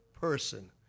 person